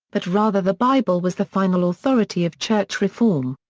but rather the bible was the final authority of church reform.